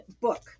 book